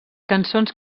cançons